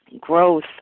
growth